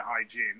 hygiene